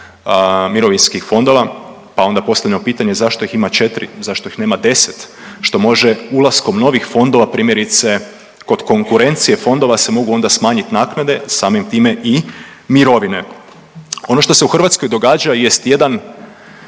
mirovinskih fondova. Pa onda postavljam pitanje zašto ima četri, zašto ih nema deset što može ulaskom novih fondova primjerice kod konkurencije fondova se mogu onda smanjiti naknade, samim time i mirovine? Ono što se u Hrvatskoj događa jest jedan,